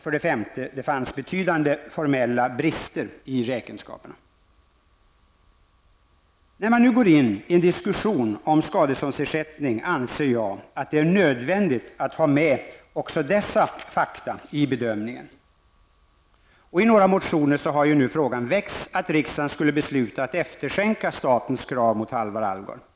För det femte fanns det betydande formella brister i räkenskaperna. När man nu går in i en diskussion om skadeståndsersättning anser jag att det är nödvändigt att ha med också dessa fakta i bedömningen. I några motioner har nu frågan väckts att riksdagen skulle besluta att efterskänka statens krav mot Halvar Alvgard.